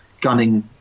gunning